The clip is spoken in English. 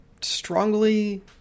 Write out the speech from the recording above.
strongly